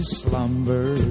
slumber